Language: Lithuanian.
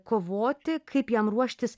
kovoti kaip jam ruoštis